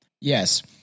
Yes